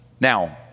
Now